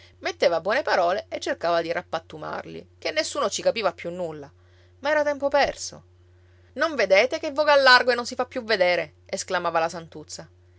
metteva buone parole e cercava di rappattumarli che nessuno ci capiva più nulla ma era tempo perso non vedete che voga al largo e non si fa più vedere esclamava la santuzza